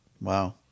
Wow